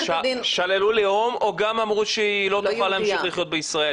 שללו לאום או גם אמרו שהיא לא תוכל להמשיך לחיות בישראל?